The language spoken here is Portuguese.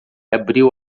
abriu